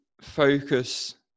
focus